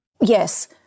yes